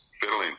fiddling